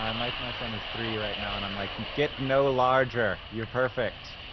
um like my son is three right now and i'm like, get no larger. you're perfect.